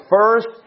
first